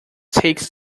takes